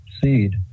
seed